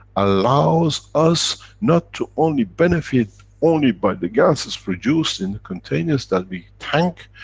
allows us, not to, only benefit only by the ganses produced in the containers that we tank,